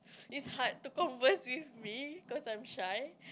it's hard to converse with me cause I'm shy